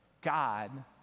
God